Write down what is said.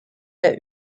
der